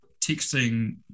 texting